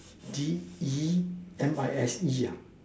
D E M I S E ah